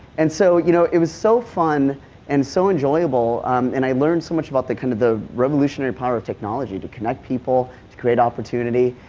and so, you know it was so fun and so enjoyable and i learned so much about the kind of the revolutionary power of technology, to connect people, to create opportunity.